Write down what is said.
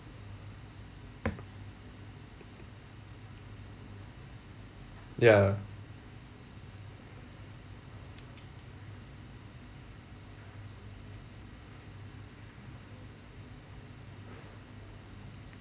ya